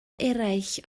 eraill